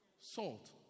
salt